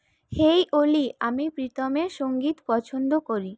এই অলি আমি প্রীতমের সঙ্গীত পছন্দ করি